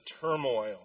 turmoil